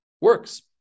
works